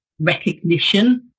recognition